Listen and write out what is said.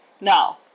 no